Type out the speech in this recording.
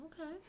Okay